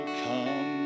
come